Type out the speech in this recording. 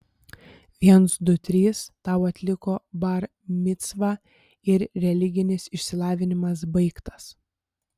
viens du trys tau atliko bar micvą ir religinis išsilavinimas baigtas